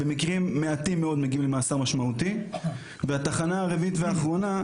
במקרים מעטים מאוד מגיעים למאסר משמעותי והתחנה הרביעית והאחרונה,